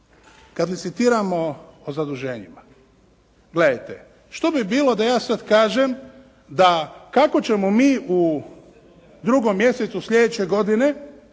kad licitiramo o zaduženjima, gledajte, što bi bilo da ja sad kažem da kako ćemo mi u 2. mjesecu sljedeće godine